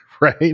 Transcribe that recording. Right